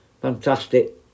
fantastic